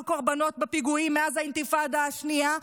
הקורבנות בפיגועים מאז האינתיפאדה השנייה,